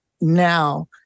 now